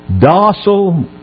docile